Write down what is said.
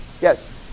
Yes